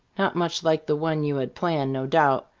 not much like the one you had planned, no doubt,